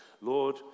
Lord